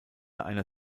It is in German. einer